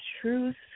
truth